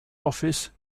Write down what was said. office